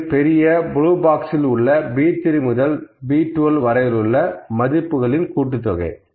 இது பெரிய blue box இல் உள்ள B3 முதல் B12 வரையிலுள்ள மதிப்புகளின் கூட்டுத்தொகை